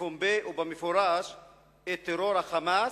בפומבי ובמפורש את טרור ה'חמאס'